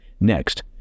next